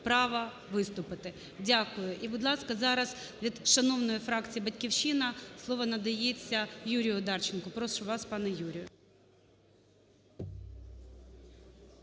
право виступити. Дякую. І, будь ласка, зараз від шановної фракції "Батьківщина" слово надається Юрію Одарченку. Прошу вас, пане Юрію.